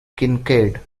kincaid